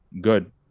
good